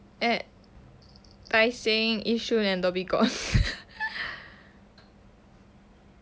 at tai seng yishun and dhoby ghaut